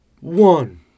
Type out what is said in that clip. one